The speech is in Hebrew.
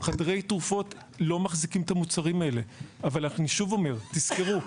חדרי תרופות לא מחזיקים את המוצרים האלה אבל אני שוב אומר: תזכרו,